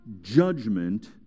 judgment